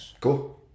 Cool